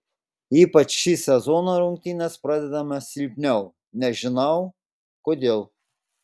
ypač šį sezoną rungtynes pradedame silpniau nežinau kodėl